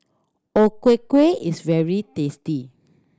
O Ku Kueh is very tasty